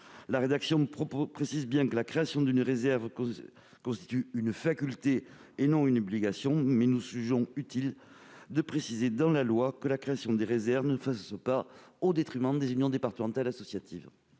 L'article précise bien que la création d'une réserve constitue une faculté et non une obligation, mais nous jugeons utile de préciser dans la loi que la création des réserves ne puisse pas se faire au détriment des Unions départementales associatives.